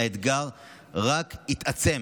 האתגר רק התעצם.